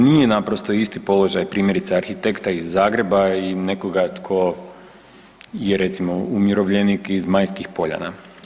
Nije naprosto isti položaj primjerice arhitekta iz Zagreba i nekoga tko je recimo umirovljenik iz Majskih Poljana.